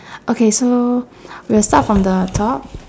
okay so we'll start from the top